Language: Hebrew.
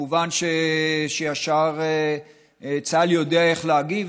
כמובן שישר צה"ל יודע איך להגיב,